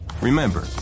Remember